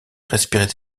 respirait